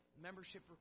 membership